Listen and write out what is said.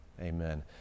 amen